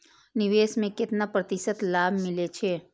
निवेश में केतना प्रतिशत लाभ मिले छै?